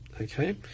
Okay